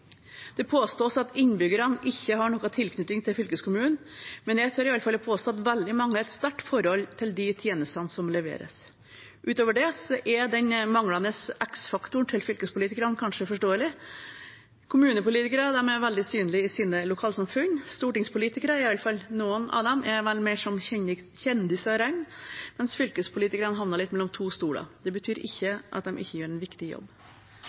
Det påstås at innbyggerne ikke har noe tilknytning til fylkeskommunen, men jeg tør i hvert fall å påstå at veldig mange har et sterkt forhold til de tjenestene som leveres. Utover det er den manglende x-faktoren til fylkespolitikerne kanskje forståelig. Kommunepolitikere er veldig synlige i sitt lokalsamfunn. Stortingspolitikere – iallfall noen av den – er vel mest som kjendiser å regne, mens fylkespolitikerne faller litt mellom to stoler. Det betyr ikke at de ikke gjør en viktig jobb.